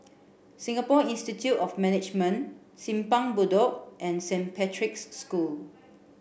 Singapore Institute of Management Simpang Bedok and Saint Patrick's School